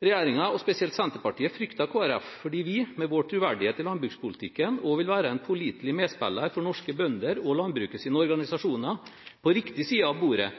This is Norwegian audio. Regjeringen, og spesielt Senterpartiet, frykter Kristelig Folkeparti fordi vi, med vår troverdighet i landbrukspolitikken, også vil være en pålitelig medspiller for norske bønder og landbrukets organisasjoner – på riktig side av bordet